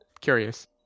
Curious